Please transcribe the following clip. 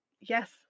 Yes